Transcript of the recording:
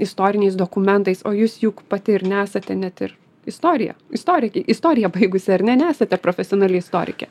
istoriniais dokumentais o jūs juk pati ir nesate net ir istorija istorikė istoriją baigusi ar ne nesate profesionali istorikė